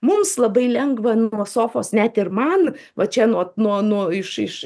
mums labai lengva nuo sofos net ir man va čia nuo nuo nuo iš iš